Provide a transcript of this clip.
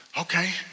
Okay